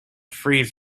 freeze